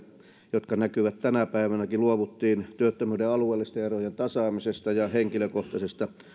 jotka näkyvät tänä päivänäkin luovuttiin työttömyyden alueellisten erojen tasaamisesta ja henkilökohtaisesta